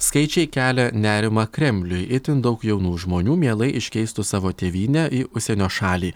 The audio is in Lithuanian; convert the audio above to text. skaičiai kelia nerimą kremliui itin daug jaunų žmonių mielai iškeistų savo tėvynę į užsienio šalį